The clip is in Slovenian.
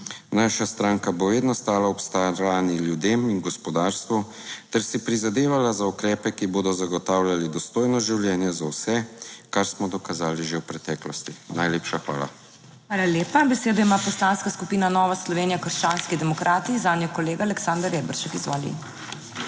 Naša stranka bo vedno stala ob strani ljudem in gospodarstvu ter si prizadevala za ukrepe, ki bodo zagotavljali dostojno življenje za vse. Kar smo dokazali že v preteklosti. Najlepša hvala. **PODPREDSEDNICA MAG. MEIRA HOT:** Hvala lepa. Besedo ima Poslanska skupina Nova Slovenija - krščanski demokrati, zanjo kolega Aleksander Reberšek. Izvoli.